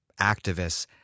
activists—